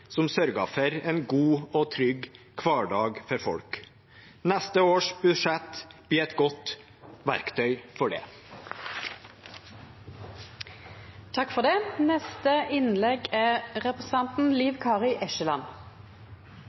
som sørger for en god og trygg hverdag for folk. Neste års budsjett blir et godt verktøy for